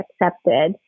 accepted